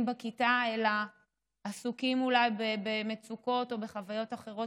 בכיתה אלא עסוקים אולי במצוקות או בחוויות אחרות